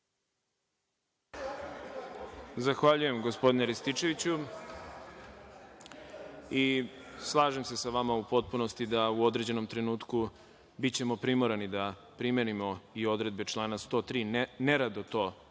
Zahvaljujem gospodine Rističeviću i slažem se sa vama u potpunosti da u određenom trenutku bićemo primorani da primenimo i odredbe člana 103. Nerado to